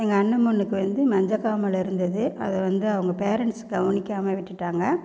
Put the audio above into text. எங்கள் அண்ணன் பொண்ணுக்கு வந்து மஞ்சக்காமாலை இருந்தது அதை வந்து அவங்க பேரண்ட்ஸ் கவனிக்காமல் விட்டுவிட்டாங்க